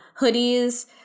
hoodies